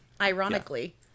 Ironically